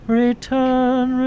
return